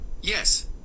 yes